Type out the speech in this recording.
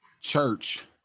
church